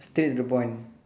states the point